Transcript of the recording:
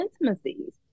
intimacies